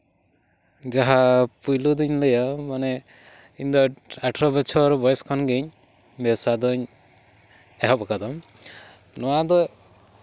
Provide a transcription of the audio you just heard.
ᱡᱟᱦᱟᱸ ᱯᱳᱭᱞᱳ ᱫᱩᱧ ᱞᱟᱹᱭᱟ ᱢᱟᱱᱮ ᱤᱧ ᱫᱚ ᱟᱴᱷᱨᱚ ᱵᱚᱪᱷᱚᱨ ᱵᱚᱭᱚᱥ ᱠᱷᱚᱱ ᱜᱮ ᱵᱮᱵᱥᱟ ᱫᱩᱧ ᱮᱦᱚᱵ ᱟᱠᱟᱫᱟ ᱱᱚᱣᱟ ᱫᱚ